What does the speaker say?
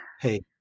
hey